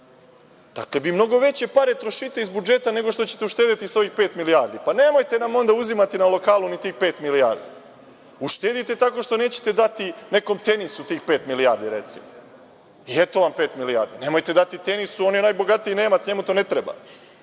vi mnogo veće pare trošite iz budžeta nego što ćete uštedeti sa ovih pet milijardi. Pa, nemojte nam onda uzimati na lokalu ni tih pet milijardi. Uštedite tako što nećete dati nekom „Tenisu“ tih pet milijardi, recimo, i eto vam pet milijardi. Nemojte dati „Tenisu“, on je najbogatiji Nemac, njemu to ne treba.